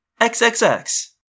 XXX